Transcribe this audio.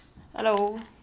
hello